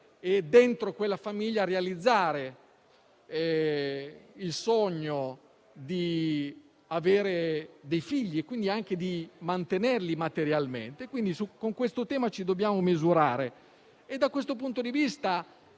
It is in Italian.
e dentro quella famiglia realizzare il sogno di avere dei figli e di mantenerli materialmente. Con questo tema ci dobbiamo misurare. Da questo punto di vista,